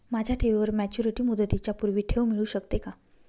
माझ्या ठेवीवर मॅच्युरिटी मुदतीच्या पूर्वी ठेव मिळू शकते का?